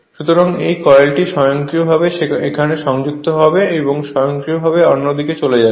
সুতরাং এই কয়েলটি স্বয়ংক্রিয়ভাবে এখানে সংযুক্ত হয়ে স্বয়ংক্রিয়ভাবে অন্যটিতে চলে যাবে